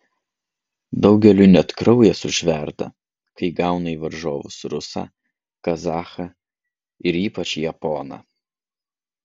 daugeliui net kraujas užverda kai gauna į varžovus rusą kazachą ir ypač japoną